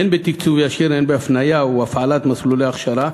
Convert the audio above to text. הן בתקצוב ישיר והן בהפניה או הפעלת מסלולי הכשרה,